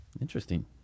Interesting